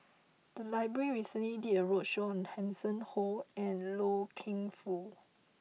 the library recently did a roadshow on Hanson Ho and Loy Keng Foo